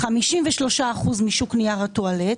53% משוק נייר הטואלט,